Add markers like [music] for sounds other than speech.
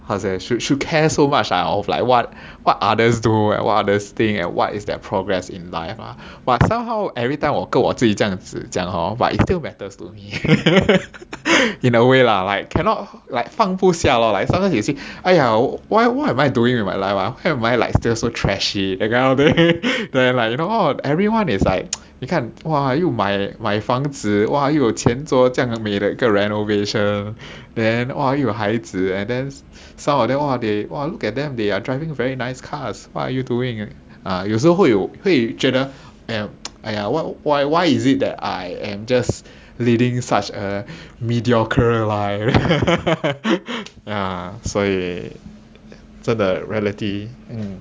how to say should should care so much ah of like what what others do what others think and what what is that progress in life ah what somehow everytime 我我跟我自己这样讲 hor but it's still matters to me [laughs] in a way lah like cannot like 放不下 lah like sometimes you see ah what what am I doing with my life ah why why am I like still so trashy that kind of thing that everyone is like [noise] 你看 !wah! 又买买房子 !wah! 又有钱做这样很美的一个 renovation then !wah! 又有孩子 and then some of them look at them !wah! they are driving very nice cars what are you doing ah 有时候会有会觉得 and !aiya! why why is it that I am just leading such a mediocre life ah [laughs] ya 所以真的 reality mm